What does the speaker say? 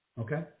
Okay